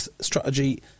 strategy